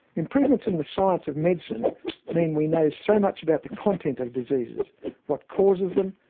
improvements in the science of medicine mean we know so much about the content of diseases what causes them,